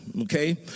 okay